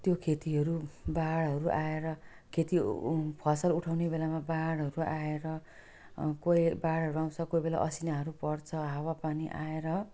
त्यो खेतीहरू बाढहरू आएर खेती उ फसल उठाउने बेलामा बाढहरू आएर कोही बाढहरू आउँछ कोही बेला असिनाहरू पर्छ हावापानी आएर